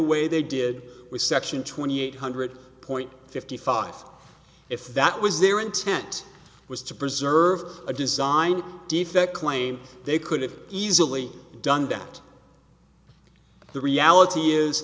way they did with section twenty eight hundred point fifty five if that was their intent was to preserve a design defect claim they could have easily done that the reality is